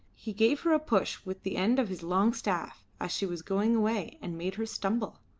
he gave her a push with the end of his long staff as she was going away and made her stumble.